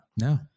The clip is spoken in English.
No